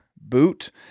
boot